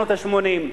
שנות ה-80.